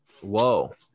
whoa